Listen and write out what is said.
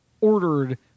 ordered